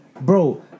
Bro